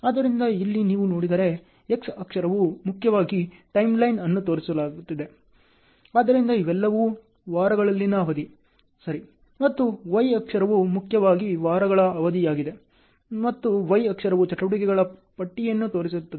ಆದ್ದರಿಂದ ಇಲ್ಲಿ ನೀವು ನೋಡಿದರೆ ಎಕ್ಸ್ ಅಕ್ಷವು ಮುಖ್ಯವಾಗಿ ಟೈಮ್ಲೈನ್ ಅನ್ನು ತೋರಿಸುತ್ತದೆ ಆದ್ದರಿಂದ ಇವೆಲ್ಲವೂ ವಾರಗಳಲ್ಲಿನ ಅವಧಿ ಸರಿ ಮತ್ತು y ಅಕ್ಷವು ಮುಖ್ಯವಾಗಿ ವಾರಗಳ ಅವಧಿಯಾಗಿದೆ ಮತ್ತು y ಅಕ್ಷವು ಚಟುವಟಿಕೆಗಳ ಪಟ್ಟಿಯನ್ನು ತೋರಿಸುತ್ತದೆ